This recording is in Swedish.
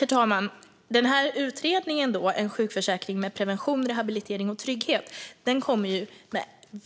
Herr talman! I denna utredning, En sjukförsäkring med prevention, rehabilitering och trygghet ,